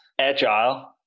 agile